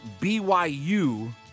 BYU